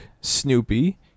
Snoopy